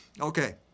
Okay